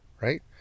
right